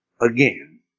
again